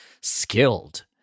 skilled